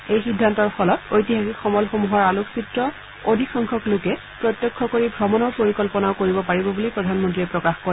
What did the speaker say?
এই সিদ্ধান্তৰ ফলত ঐত্হাসিক সমলসমূহৰ আলোকচিত্ৰ অধিক সংখ্যক লোকে প্ৰত্যক্ষ কৰি ভ্ৰমনৰ পৰিকল্পনাও কৰিব পাৰিব বুলি প্ৰধানমন্ত্ৰীয়ে প্ৰকাশ কৰে